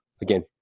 again